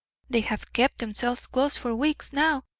they have kept themselves close for weeks now,